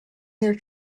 their